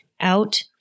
out